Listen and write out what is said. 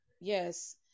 Yes